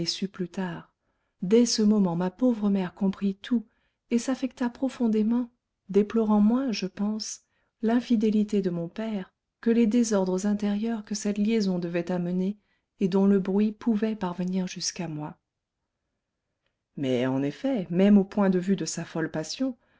plus tard dès ce moment ma pauvre mère comprit tout et s'affecta profondément déplorant moins je pense l'infidélité de mon père que les désordres intérieurs que cette liaison devait amener et dont le bruit pouvait parvenir jusqu'à moi mais en effet même au point de vue de sa folle passion